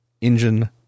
engine